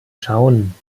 schauen